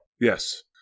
Yes